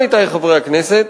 עמיתי חברי הכנסת,